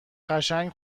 قشنگ